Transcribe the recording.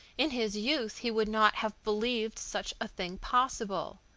in his youth he would not have believed such a thing possible.